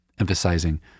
emphasizing